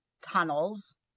tunnels